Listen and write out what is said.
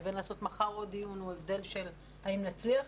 לבין לעשות מחר עוד דיון הוא הבדל של האם נצליח